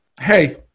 hey